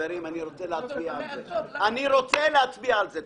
אני רוצה להצביע על זה.